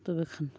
ᱛᱚᱵᱮ ᱠᱷᱟᱱ